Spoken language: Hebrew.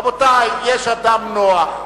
רבותי, יש אדם נוח,